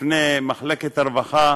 בפני מחלקת הרווחה,